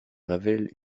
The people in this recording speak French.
révèle